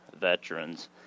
veterans